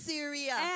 Syria